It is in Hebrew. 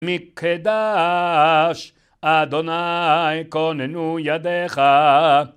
מקדש, ה', כוננו ידך